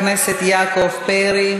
חבר הכנסת יעקב פרי.